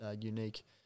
unique